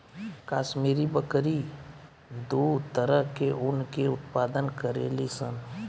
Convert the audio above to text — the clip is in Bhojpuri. काश्मीरी बकरी दू तरह के ऊन के उत्पादन करेली सन